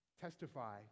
testify